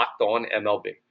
LOCKEDONMLB